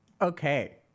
Okay